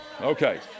Okay